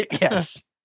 Yes